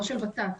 לא של ות"ת.